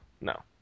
No